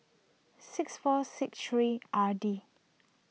six four six three R D